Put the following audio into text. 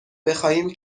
بخواهیم